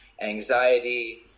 anxiety